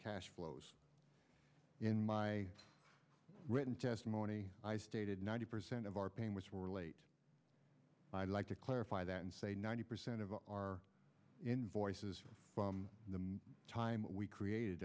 cash flows in my written testimony i stated ninety percent of our pain was for late i'd like to clarify that and say ninety percent of our invoices for the time we created